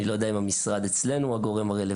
אני לא יודע אם המשרד אצלנו הוא הגורם הרלוונטי.